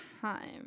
time